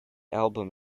album